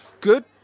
good